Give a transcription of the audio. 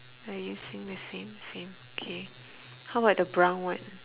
are you seeing the same same K how about the brown one